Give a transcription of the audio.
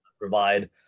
provide